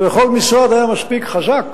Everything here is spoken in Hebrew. וכל משרד היה חזק